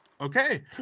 Okay